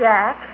Jack